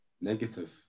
negative